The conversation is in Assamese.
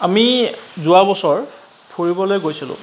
আমি যোৱাবছৰ ফুৰিবলৈ গৈছিলোঁ